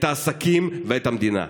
את העסקים ואת המדינה.